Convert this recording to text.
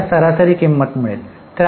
तर आपल्याला सरासरी किंमत मिळेल